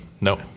No